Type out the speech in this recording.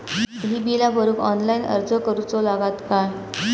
ही बीला भरूक ऑनलाइन अर्ज करूचो लागत काय?